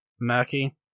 murky